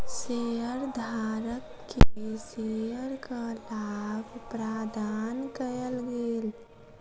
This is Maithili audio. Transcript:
शेयरधारक के शेयरक लाभ प्रदान कयल गेल